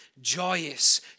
joyous